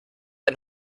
ein